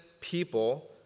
people